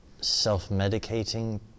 self-medicating